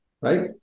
right